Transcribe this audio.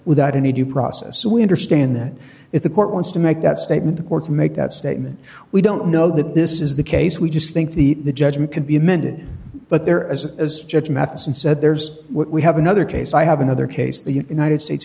without any due process so we understand that if the court wants to make that statement or to make that statement we don't know that this is the case we just think the judgment can be amended but there as as judge matheson said there's we have another case i have another case the united states